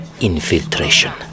infiltration